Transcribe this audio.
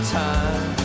time